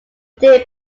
day